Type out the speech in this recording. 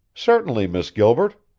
certainly, miss gilbert.